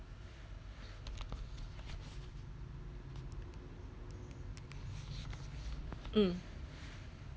mm